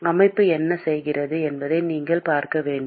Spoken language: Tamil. அமைப்பு என்ன செய்கிறது என்பதை நீங்கள் பார்க்க வேண்டும்